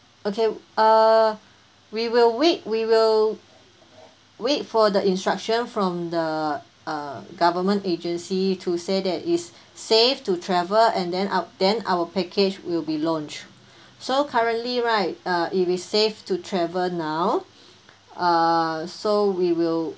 okay uh we will wait we will wait for the instruction from the uh government agency to say that it's safe to travel and then ou~ then our package will be launched so currently right uh if it's save to travel now uh so we will